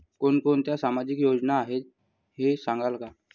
कोणकोणत्या सामाजिक योजना आहेत हे सांगाल का?